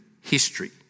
history